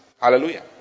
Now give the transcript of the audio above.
Hallelujah